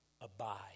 abide